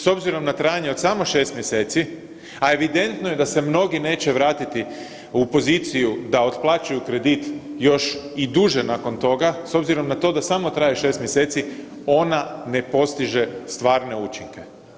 S obzirom na trajanje od samo 6 mjeseci, a evidentno je da se mnogi neće vratiti u poziciju da otplaćuju kredit još i duže nakon toga s obzirom da na to samo traje 6 mjeseci ona ne postiže stvarne učinke.